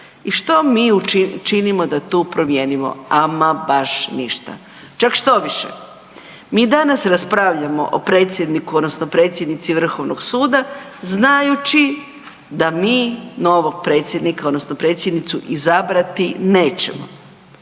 I što mi činimo da tu promijenimo? Ama baš ništa. Čak štoviše mi danas raspravljamo o predsjedniku odnosno predsjednici Vrhovnog suda znajući da mi novog predsjednika odnosno predsjednicu izabrati nećemo.